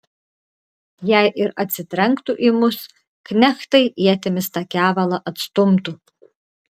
jei ir atsitrenktų į mus knechtai ietimis tą kevalą atstumtų